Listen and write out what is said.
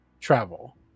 travel